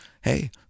hey